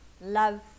love